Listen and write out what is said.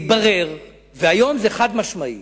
התברר, והיום זה חד-משמעי,